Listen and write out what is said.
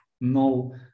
No